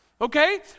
Okay